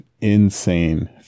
insane